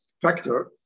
factor